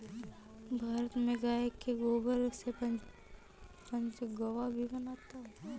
भारत में गाय के गोबर से पंचगव्य भी बनाया जाता है